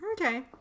Okay